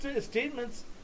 statements